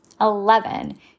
Eleven